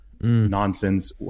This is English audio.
nonsense